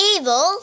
evil